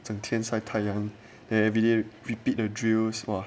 整天鳃太阳 then everyday repeat the drills !wah!